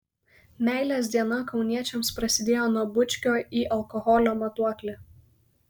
meilės diena kauniečiams prasidėjo nuo bučkio į alkoholio matuoklį